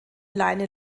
leine